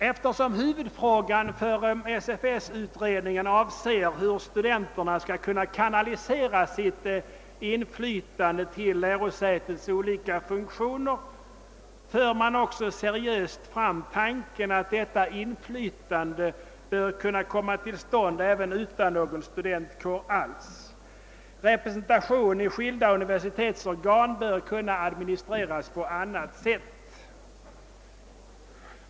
Eftersom huvudfrågan för SFS-utredningen avser hur studenterna skall kunna kanalisera sitt inflytande till lärosätets olika funktioner för man också seriöst fram tanken att detta inflytande bör kunna utövas även utan en studentkår. Representationen i skilda universitetsorgan bör kunna administreras på annat sätt.